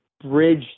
bridge